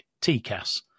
TCAS